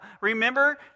remember